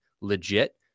legit